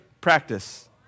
practice